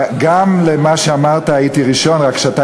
גם למה שאמרת "הייתי ראשון" רק שאתה